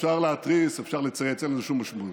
אפשר להתריס, אפשר לצייץ, אין לזה שום משמעות.